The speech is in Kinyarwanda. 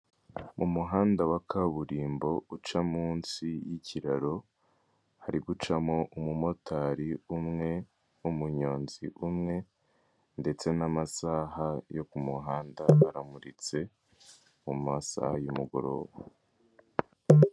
Mu muhanda wa kaburimbo uca munsi y'ikiraro, hari gucamo umumotari umwe n'umuyonzi umwe ndetse n'amasaha yo ku muhanda aramuritse mu masaha y'umugoroba.